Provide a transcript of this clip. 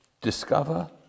Discover